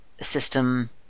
system